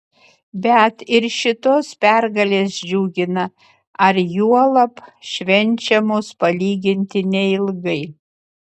bet ir šitos pergalės džiugina ar juolab švenčiamos palyginti neilgai